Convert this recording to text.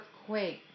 earthquake